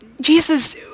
Jesus